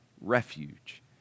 refuge